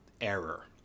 error